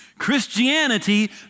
Christianity